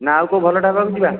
ନା ଆଉ କେଉଁ ଭଲ ଢାବାକୁ ଯିବା